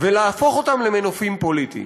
ולהפוך אותם למנופים פוליטיים.